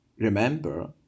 Remember